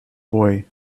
boy